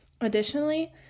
Additionally